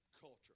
culture